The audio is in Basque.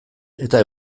eta